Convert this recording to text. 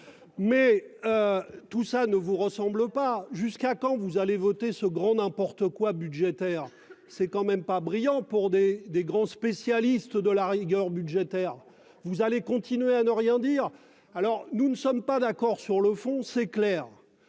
Mais. Tout ça ne vous ressemble pas jusqu'à quand vous allez voter ce grand n'importe quoi budgétaire. C'est quand même pas brillant pour des des grands spécialistes de la rigueur budgétaire. Vous allez continuer à ne rien dire. Alors nous ne sommes pas d'accord sur le fond, c'est clair.